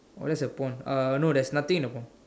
oh that's a pond uh no there's nothing in the pond